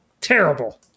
Terrible